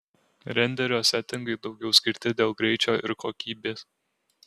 renderio setingai daugiau skirti dėl greičio ir kokybės